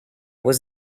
was